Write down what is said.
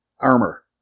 armor